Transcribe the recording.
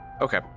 okay